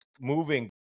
moving